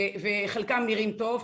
חלקם נראים טוב,